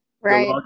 Right